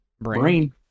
brain